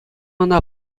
ӑна